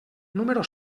número